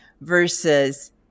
versus